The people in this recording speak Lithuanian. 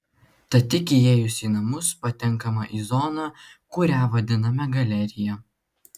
tad tik įėjus į namus patenkama į zoną kurią vadiname galerija